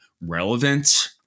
relevant